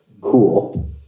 cool